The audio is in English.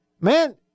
man